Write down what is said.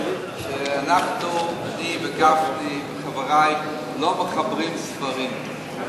אנחנו, אני וגפני וחברי לא מחברים ספרים.